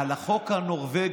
על החוק הנורבגי.